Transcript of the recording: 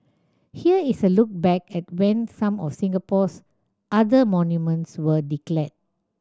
here is a look back at when some of Singapore's other monuments were declared